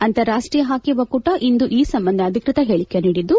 ಅಂತಾರಾಷ್ಷೀಯ ಹಾಕಿ ಒಕ್ಕೂಟ ಇಂದು ಈ ಸಂಬಂಧ ಅಧಿಕೃತ ಹೇಳಿಕೆ ನೀಡಿದ್ದು